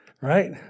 Right